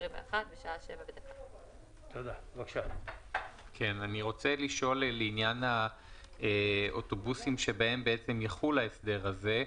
בשעה 07:01". אני מבקש לשאול לעניין האוטובוסים בהם יחול ההסדר הזה.